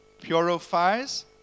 purifies